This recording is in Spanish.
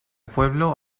pueblo